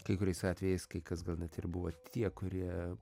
kai kuriais atvejais kai kas gal net ir buvo tie kurie